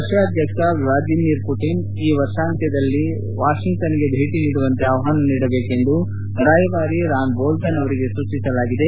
Russia ಅಧ್ಯಕ್ಷ Vladimir Putin ಈ ವರ್ಷಾಂತ್ಯದಲ್ಲಿ ವಾಷಿಂಗ್ವನ್ಗೆ ಭೇಟಿ ನೀಡುವಂತೆ ಆಹ್ವಾನ ನೀಡಬೇಕೆಂದು ರಾಯಭಾರಿ ರಾನ್ ಬೋಲ್ವನ್ ಅವರಿಗೆ ಸೂಚಿಸಲಾಗಿದೆ